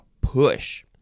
push